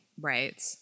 Right